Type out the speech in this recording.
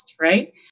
right